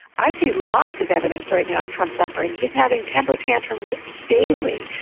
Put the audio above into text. i see lots of evidence right now of trump suffering. he's having temper tantrums daily.